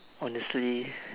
honestly